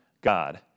God